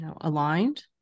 aligned